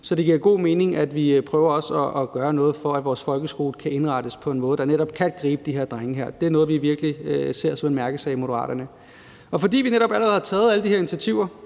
så det giver god mening, at vi også prøver at gøre noget for, at vores folkeskole kan indrettes på en måde, der netop kan gribe de her drenge. Det er noget, vi virkelig ser som en mærkesag i Moderaterne, og fordi vi netop allerede har taget alle de her initiativer